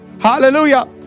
Hallelujah